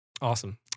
awesome